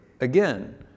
again